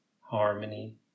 harmony